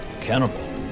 Cannibal